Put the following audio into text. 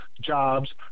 jobs